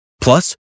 Plus